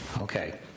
Okay